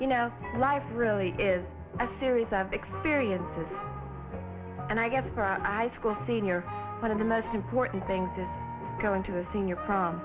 you know life really is a series of experience and i guess brad i school senior one of the most important things is going to the senior prom